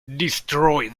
destroy